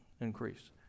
increase